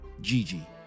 Gigi